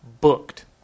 Booked